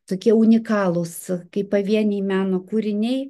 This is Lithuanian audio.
tokie unikalūs kaip pavieniai meno kūriniai